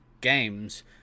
games